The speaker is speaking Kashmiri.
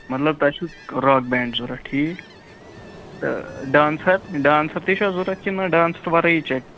مطلب تۄہہِ چھُو راک بینٛڈ ضوٚرتھ ٹھیٖک تہٕ ڈانسَر ڈانسَر تہِ چھےٚ ضوٚرتھ کِنہٕ ڈانسَر ورٲیی چَلہِ